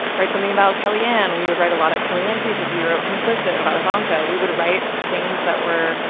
write something about kellyanne. we would write a lot of kellyanne pieces. we wrote complicit about ivanka. we would write things that were.